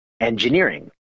engineering